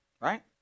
Right